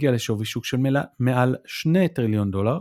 הגיעה לשווי שוק של מעל שני טריליון דולר,